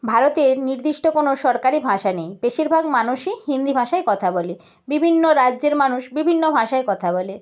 ভারতের নির্দিষ্ট কোনো সরকারি ভাষা নেই বেশিরভাগ মানুষই হিন্দি ভাষায় কথা বলে বিভিন্ন রাজ্যের মানুষ বিভিন্ন ভাষায় কথা বলে